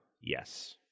Yes